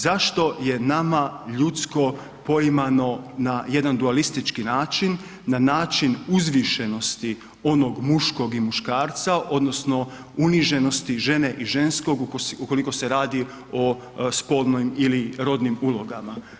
Zašto je nama ljudsko poimano na jedan dualistički način, na način uzvišenosti onog muškog i muškarca odnosno uniženosti žene i ženskog ukoliko se radi o spolnim ili rodnim ulogama.